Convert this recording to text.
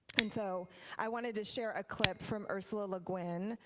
and so i wanted to share a clip from ursula le guin,